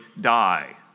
die